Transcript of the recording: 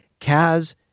Kaz